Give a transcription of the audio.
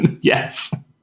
Yes